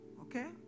Okay